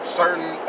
certain